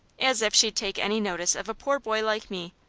as if she'd take any notice of a poor boy like me.